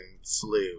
slew